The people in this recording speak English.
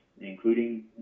including